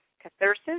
catharsis